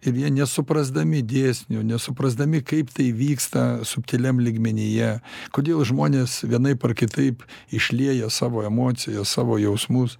ir jie nesuprasdami dėsnių nesuprasdami kaip tai vyksta subtiliam lygmenyje kodėl žmonės vienaip ar kitaip išlieja savo emocijas savo jausmus